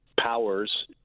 powers